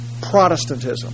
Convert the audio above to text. Protestantism